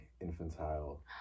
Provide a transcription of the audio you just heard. infantile